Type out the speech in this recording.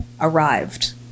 arrived